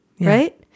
right